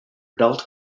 adult